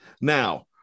Now